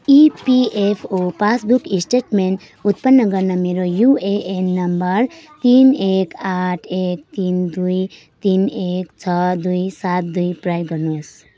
EPFO passbook statement उत्पन्न गर्न मेरो युएएन नम्बर तिन एक आठ एक तिन दुई तिन एक छ दुई सात दुई प्रयोग गर्नुहोस्